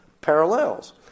parallels